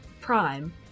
Prime